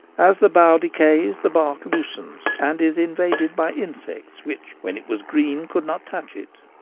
as the bough decays the bark loosens, and is invaded by insects which when it was green could not touch it.